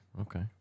Okay